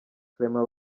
clement